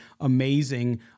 Amazing